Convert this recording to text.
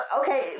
okay